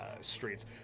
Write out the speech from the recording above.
streets